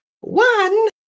one